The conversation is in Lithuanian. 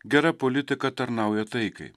gera politika tarnauja taikai